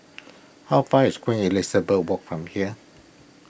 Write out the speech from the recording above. How far is Queen Elizabeth Walk from here